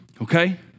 Okay